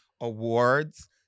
awards